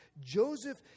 Joseph